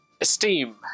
Esteem